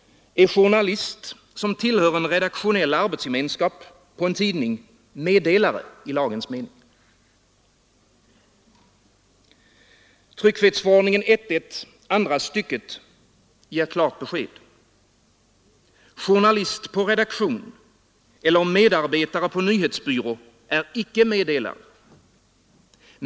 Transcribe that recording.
Är journalist som tillhör en redaktionell arbetsgemenskap på en tidning meddelare i lagens mening? 1 kap. 1 §, andra stycket, tryckfrihetsförordningen ger klart besked. Journalist på redaktion eller medarbetare på nyhetsbyrå är inte meddelare.